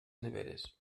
neveres